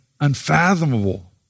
unfathomable